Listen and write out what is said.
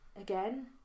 again